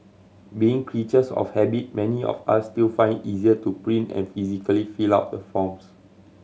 being creatures of habit many of us still find easier to print and physically fill out the forms